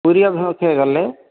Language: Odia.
ପୁରୀ ଅଭିମୁଖେ ଗଲେ